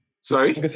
Sorry